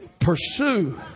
pursue